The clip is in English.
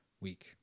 week